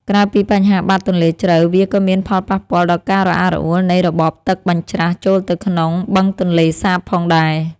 ក្រៅពីបញ្ហាបាតទន្លេជ្រៅវាក៏មានផលប៉ះពាល់ដល់ការរអាក់រអួលនៃរបបទឹកបញ្ច្រាសចូលទៅក្នុងបឹងទន្លេសាបផងដែរ។